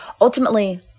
ultimately